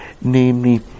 namely